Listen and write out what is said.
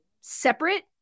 separate